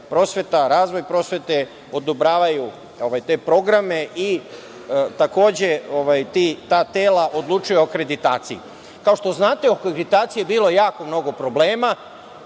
razvoj prosvete, odobravaju te programe i takođe ta tela odlučuju o akreditaciji. Kao što znate, o akreditaciji je bilo jako mnogo problema.